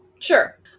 Sure